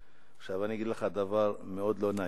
עכשיו אני אגיד לך דבר מאוד לא נעים,